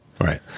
Right